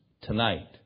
tonight